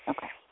Okay